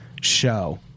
show